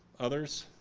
others?